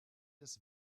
des